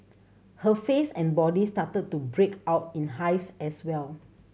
her face and body started to break out in hives as well